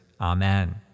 Amen